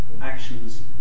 actions